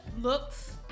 looks